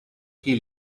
qui